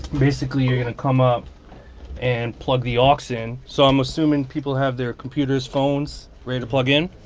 basically, you're going to come up and plug the aux ah so in. so i'm assuming people have their computers, phones ready to plug in.